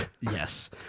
Yes